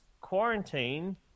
quarantine